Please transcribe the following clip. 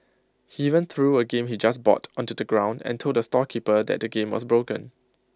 he even threw A game he just bought onto the ground and told the storekeeper that the game was broken